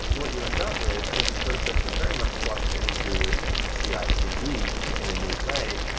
what you end up with is a process that very much slots into into cicd in a neat way.